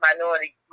minority